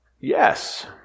Yes